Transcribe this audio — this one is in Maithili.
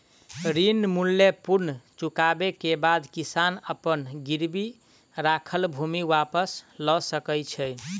ऋण मूल्य पूर्ण चुकबै के बाद किसान अपन गिरवी राखल भूमि वापस लअ सकै छै